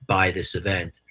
by this event.